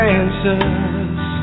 answers